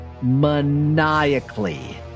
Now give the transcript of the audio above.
maniacally